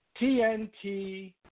TNT